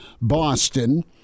Boston